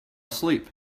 asleep